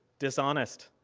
dishonest,